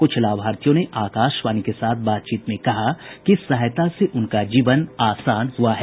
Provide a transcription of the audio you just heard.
कुछ लाभार्थियों ने आकाशवाणी के साथ बातचीत में कहा कि इस सहायता से उनका जीवन आसान हुआ है